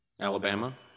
Alabama